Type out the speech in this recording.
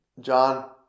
John